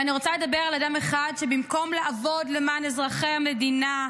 אבל אני רוצה לדבר על אדם אחד שבמקום לעבוד למען אזרחי המדינה,